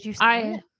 I-